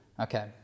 Okay